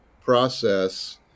process